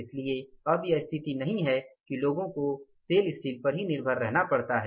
इसलिए अब यह स्थिती नहीं है कि लोगों को सेल स्टील पर ही निर्भर रहना पड़ता है